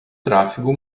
tráfego